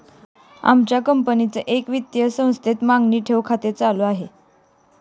आमच्या कंपनीचे एका वित्तीय संस्थेत मागणी ठेव खाते चालू आहे